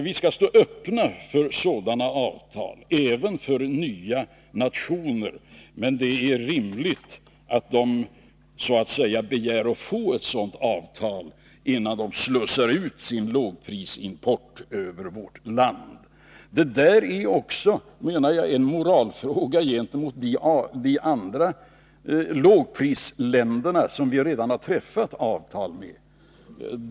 Vi skall stå öppna för sådana avtal, även för nya nationer, men det är rimligt att de begär att få ett sådant avtal, innan de slussar ut sin lågprisimport över vårt land. Detta är också, menar jag, en fråga om moral gentemot de andra lågprisländerna, som vi redan har träffat avtal med.